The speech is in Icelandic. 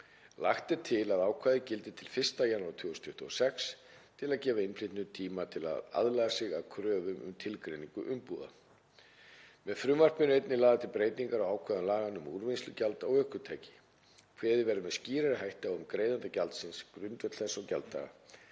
Lagt er til að ákvæðið gildi til 1. janúar 2026 til að gefa innflytjendum tíma til að aðlaga sig að kröfum um tilgreiningu umbúða. Með frumvarpinu eru einnig lagðar til breytingar á ákvæðum laganna um úrvinnslugjald á ökutæki. Kveðið verður með skýrari hætti á um greiðanda gjaldsins, grundvöll þess og gjalddaga.